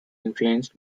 influenced